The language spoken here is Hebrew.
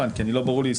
כשיש